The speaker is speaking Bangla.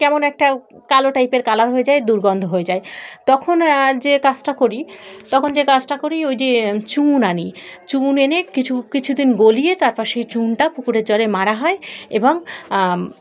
কেমন একটা কালো টাইপের কালার হয়ে যায় দুর্গন্ধ হয়ে যায় তখন যে কাজটা করি তখন যে কাজটা করি ওই যে চুন আনি চুন এনে কিছু কিছুদিন গলিয়ে তারপর সেই চুনটা পুকুরের জলে মারা হয় এবং